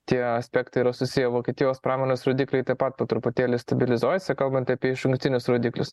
tie aspektai yra susiję vokietijos pramonės rodikliai taip pat po truputėlį stabilizuojasi kalbant apie išankstinius rodiklius